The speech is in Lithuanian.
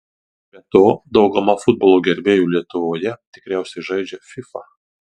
be to dauguma futbolo gerbėjų lietuvoje tikriausiai žaidžia fifa